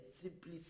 simply